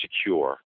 secure